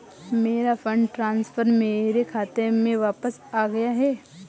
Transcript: मेरा fund transfer मेरे खाते में वापस आ गया है